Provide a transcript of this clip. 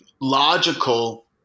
logical